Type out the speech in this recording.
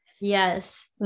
Yes